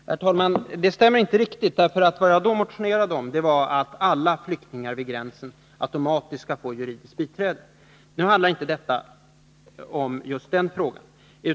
Herr talman! Vad Karin Andersson säger stämmer inte riktigt. Det som jag då motionerade om var att alla flyktingar vid gränsen automatiskt skall få ett juridiskt biträde. Nu handlar detta inte om just den frågan.